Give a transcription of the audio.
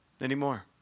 anymore